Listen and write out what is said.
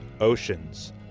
Oceans